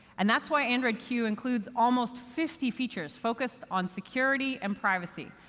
and that's why android q includes almost fifty features focused on security and privacy,